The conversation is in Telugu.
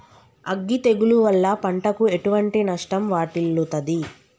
అగ్గి తెగులు వల్ల పంటకు ఎటువంటి నష్టం వాటిల్లుతది?